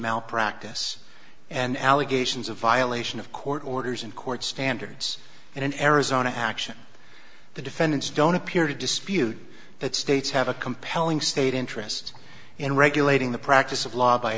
malpractise and allegations of violation of court orders and court standards and in arizona action the defendants don't appear to dispute that states have a compelling state interest in regulating the practice of law by